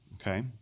okay